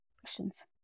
Questions